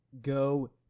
go